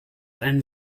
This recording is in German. einen